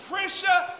Pressure